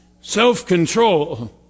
Self-control